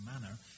manner